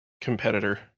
competitor